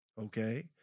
okay